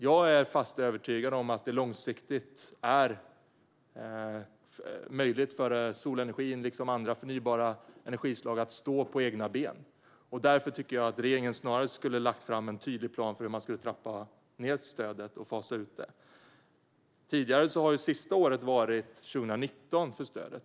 Jag är fast övertygad om att det långsiktigt är möjligt för solenergin, liksom för andra förnybara energislag, att stå på egna ben. Därför tycker jag att regeringen snarare borde ha lagt fram en tydlig plan för hur man ska trappa ned stödet och fasa ut det. Tidigare var det sista året för stödet 2019.